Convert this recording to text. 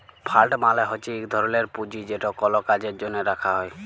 fund মালে হছে ইক ধরলের পুঁজি যেট কল কাজের জ্যনহে রাখা হ্যয়